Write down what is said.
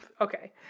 okay